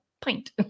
pint